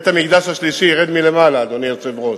בית-המקדש ירד מלמעלה, אדוני היושב-ראש.